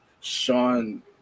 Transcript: Sean